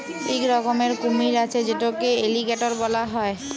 ইক রকমের কুমির আছে যেটকে এলিগ্যাটর ব্যলা হ্যয়